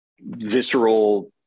visceral